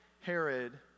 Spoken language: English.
Herod